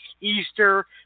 Easter